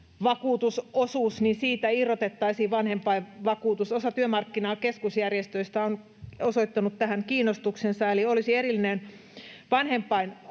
sairausvakuutusosuudesta irrotettaisiin vanhempainvakuutus. Osa työmarkkinakeskusjärjestöistä on osoittanut tähän kiinnostuksensa. Eli olisi erillinen vanhempainvakuutus,